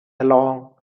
along